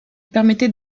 permettait